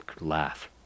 laugh